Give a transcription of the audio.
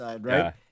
right